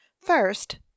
First